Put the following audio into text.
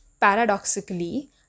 paradoxically